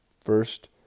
First